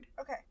Okay